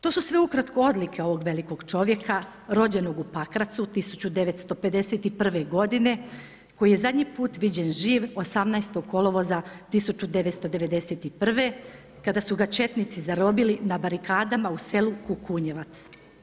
To su sve ukratko odlike ovog velikog čovjeka, rođenog u Pakracu 1951. godine koji je zadnji put viđen živ 18. kolovoza 1991. kada su ga četnici zarobili na barikadama u selu Kukunjevac.